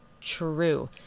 true